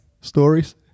stories